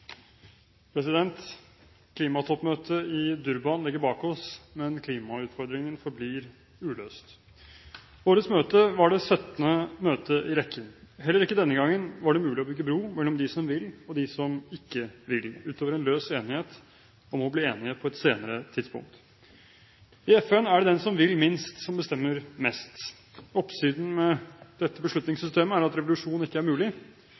Klimatoppmøtet i Durban ligger bak oss, men klimautfordringen forblir uløst. Årets møte var det syttende møte i rekken. Heller ikke denne gangen var det mulig å bygge bro mellom dem som vil, og dem som ikke vil, utover en løs enighet om å bli enige på et senere tidspunkt. I FN er det den som vil minst, som bestemmer mest. Oppsiden med dette beslutningssystemet er at revolusjon ikke er mulig.